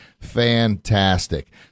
Fantastic